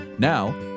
Now